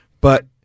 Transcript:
But-